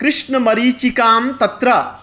कृष्णमरीचिकां तत्र